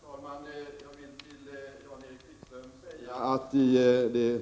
Herr talman! Jag vill till Jan-Erik Wikström säga att i övervägandena i